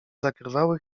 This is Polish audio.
zakrywały